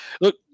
look